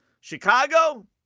Chicago